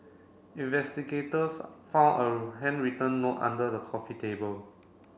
investigators found a handwritten note under the coffee table